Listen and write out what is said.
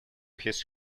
his